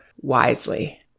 wisely